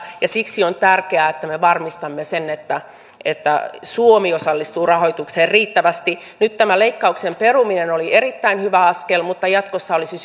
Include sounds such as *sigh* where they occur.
ja siksi on tärkeää että me varmistamme sen että että suomi osallistuu rahoitukseen riittävästi nyt tämä leikkauksen peruminen oli erittäin hyvä askel mutta jatkossa olisi *unintelligible*